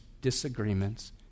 disagreements